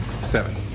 Seven